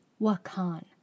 Wakan